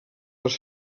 les